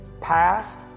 past